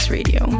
Radio